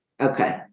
Okay